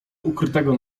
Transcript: ukrytego